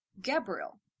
Gabriel